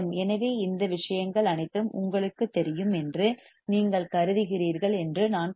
எனவே இந்த விஷயங்கள் அனைத்தும் உங்களுக்குத் தெரியும் என்று நீங்கள் கருதுகிறீர்கள் என்று நான் கருதுகிறேன்